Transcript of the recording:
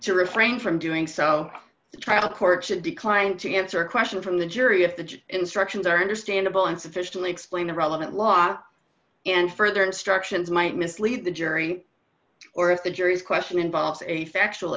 to refrain from doing so the trial court should decline to answer a question from the jury if the instructions are understandable and sufficiently explain the relevant law and further instructions might mislead the jury or if the jury's question involves a factual